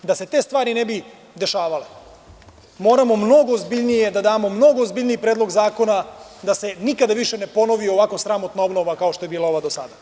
Da se te stvari ne bi dešavale, moramo da damo mnogo ozbiljniji Predlog zakona, da se nikada više ne ponovi ovako sramotna obnova kao što je bila do sada.